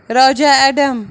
راجا اٮ۪ڈَم